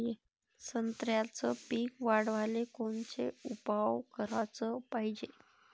संत्र्याचं पीक वाढवाले कोनचे उपाव कराच पायजे?